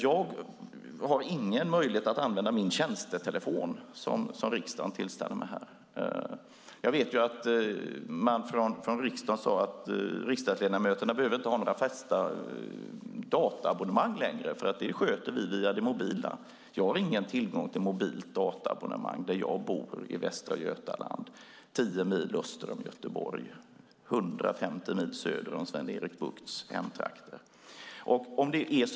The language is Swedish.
Jag har ingen möjlighet att använda min tjänstetelefon, som riksdagen tillhandahåller. Från riksdagen sade man att riksdagsledamöterna inte längre behöver ha några fasta dataabonnemang eftersom det kommer att skötas via det mobila. Men jag har ingen tillgång till mobilt dataabonnemang där jag bor i västra Götaland, 10 mil öster om Göteborg och 150 mil söder om Sven-Erik Buchts hemtrakter.